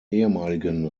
ehemaligen